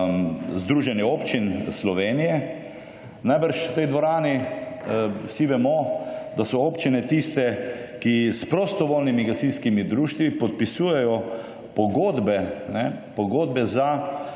Združenje občin Slovenije? Najbrž v tej dvorani vsi vemo, da so občine tiste, ki s prostovoljnimi gasilskimi društvi podpisujejo pogodbe za